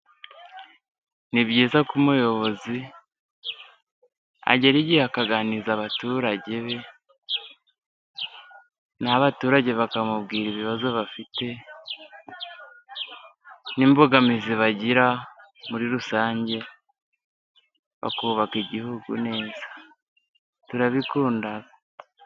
Ni byiza ko umuyobozi agera igihe akaganiriza abaturage be, n'abaturage bakamubwira ibibazo bafite, n'imbogamizi bagira muri rusange, bakubaka igihugu neza turabikunda.